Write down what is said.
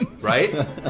right